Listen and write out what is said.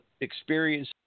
experience